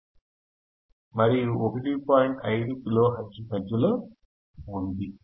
5 kilohertz మద్యలో ఉంది